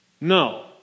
No